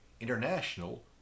International